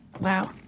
Wow